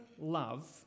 love